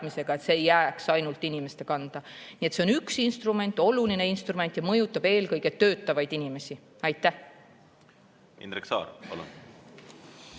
et see ei jääks ainult inimeste kanda. Nii et see on üks instrument, oluline instrument, mis mõjutab eelkõige töötavaid inimesi. Indrek Saar, palun!